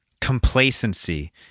complacency